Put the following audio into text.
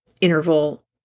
interval